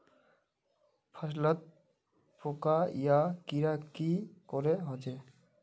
फसलोत पोका या कीड़ा की करे होचे?